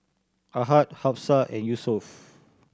Ahad Hafsa and Yusuf